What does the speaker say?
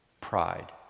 pride